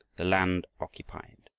the land occupied